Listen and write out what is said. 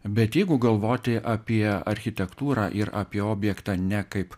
bet jeigu galvoti apie architektūrą ir apie objektą ne kaip